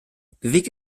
bewegt